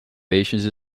patience